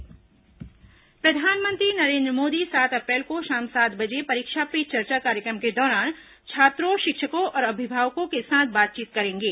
परीक्षा पे चर्चा प्रधानमंत्री नरेंद्र मोदी सात अप्रैल को शाम सात बजे परीक्षा पे चर्चा कार्यक्रम के दौरान छात्रों शिक्षकों और अभिभावकों के साथ बातचीत करेंगे